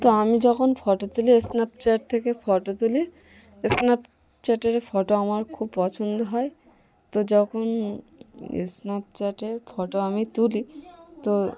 তো আমি যখন ফটো তুলি স্ন্যাপচ্যাট থেকে ফটো তুলি স্ন্যাপচ্যাটের ফটো আমার খুব পছন্দ হয় তো যখন স্ন্যাপচ্যাটের ফটো আমি তুলি তো